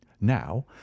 now